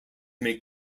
make